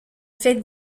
fait